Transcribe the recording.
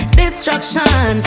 destruction